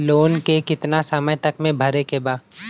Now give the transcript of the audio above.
Loan के कितना समय तक मे भरे के बा?